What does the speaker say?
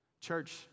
Church